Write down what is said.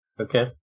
okay